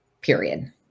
period